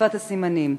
בשפת הסימנים.